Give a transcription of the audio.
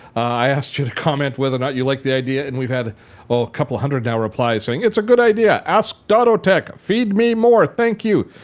i asked you comment whether or not you like the idea and we've had a couple hundred now replies saying it's a good idea, ask dottotech, feed me more, thank you,